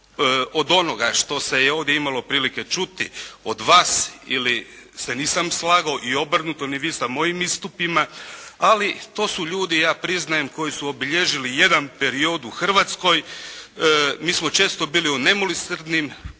od onoga što se je ovdje imalo prilike čuti od vas, ili se nisam slagao ili obrnuto, ni vi sa mojim istupima, ali to su ljudi, ja priznajem koji su obilježili jedan period u Hrvatskoj. Mi smo često bili u nemilosrdnim